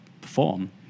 perform